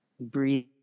Breathe